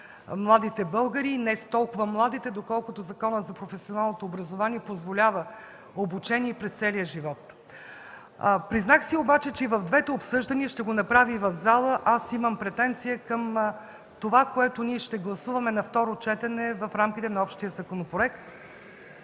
младите българи и не толкова младите, доколкото Законът за професионалното образование позволява обучение през целия живот. Признах си и в двете обсъждания, ще го направя и в залата, че имам претенция към това, което ще гласуваме на второ четене в рамките на общия законопроект.